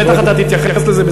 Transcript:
בטח אתה תתייחס לזה,